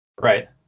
Right